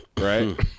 right